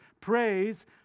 Praise